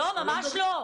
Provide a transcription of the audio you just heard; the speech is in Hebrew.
ממש לא.